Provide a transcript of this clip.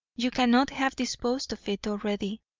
you cannot have disposed of it already.